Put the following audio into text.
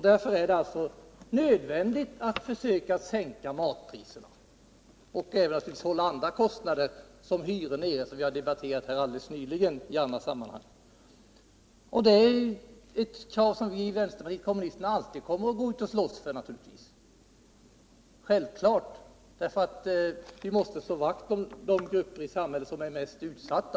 Därför är det alltså nödvändigt att försöka sänka matpriserna, liksom att hålla nere de andra kostnader som vi har diskuterat nyligen här i kammaren i andra sammanhang. Det är någonting som vi inom vänsterpartiet kommunisterna alltid kommer att gå ut och slåss för. Det är självklart, därför att vi måste slå vakt om de grupper i samhället som är mest utsatta.